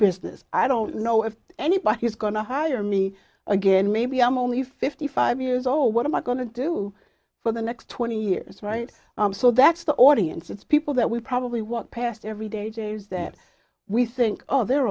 business i don't know if anybody's going to hire me again maybe i'm only fifty five years old what am i going to do for the next twenty years right so that's the audience it's people that we probably want passed every day days that we think oh they're